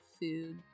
food